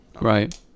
Right